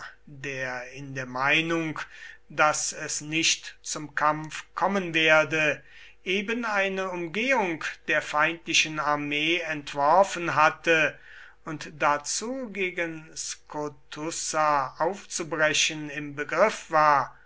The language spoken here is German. der in der meinung daß es nicht zum kampf kommen werde eben eine umgehung der feindlichen armee entworfen hatte und dazu gegen skotussa aufzubrechen im begriff war